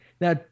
Now